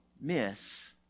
miss